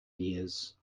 years